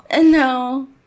No